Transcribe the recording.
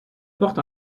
porte